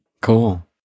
Cool